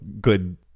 good